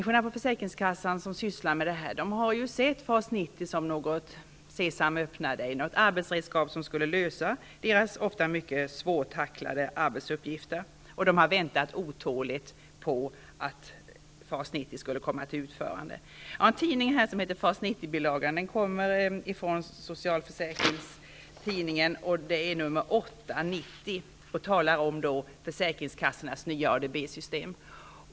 De personer på försäkringskassorna som sysslar med detta har ju sett FAS 90 som något ''Sesam öppna dig'', ett arbetsredskap som skulle lösa deras ofta mycket svårtacklade arbetsuppgifter. De har väntat otåligt på att FAS 90 skulle bli klart. Jag har en tidning här som heter FAS 90-bilagan. 1990. I denna bilaga står det om försäkringskassornas nya ADB-system.